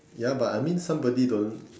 ya but I mean somebody don't